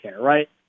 right